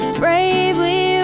bravely